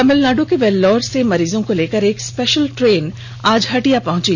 तमिलनाडु के वेल्लौर से मरीजों को लेकर एक स्पेषल ट्रेन आज हटिया पहुंची